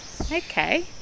Okay